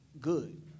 good